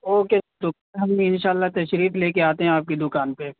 okay تو ہم انشاء اللہ تشریف لے کے آتے ہیں آپ کی دکان پہ